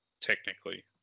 technically